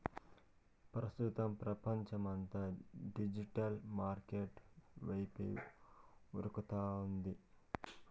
ప్రస్తుతం పపంచమంతా digital market వైపే ఉరకతాంది